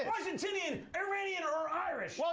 and argentinian, iranian or irish?